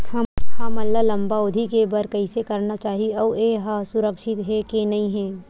हमन ला लंबा अवधि के बर कइसे करना चाही अउ ये हा सुरक्षित हे के नई हे?